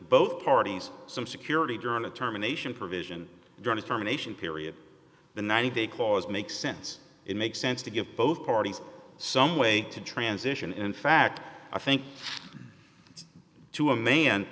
both parties some security journal terminations provision during the terminations period the ninety day cause makes sense it makes sense to give both parties some way to transition in fact i think to a man